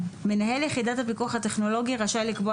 מנהל יחידת הפיקוח הטכנולוגי ראשי לקבוע